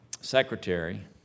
Secretary